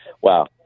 wow